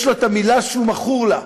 יש לו מילה שהוא מכור לה: